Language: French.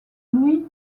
louis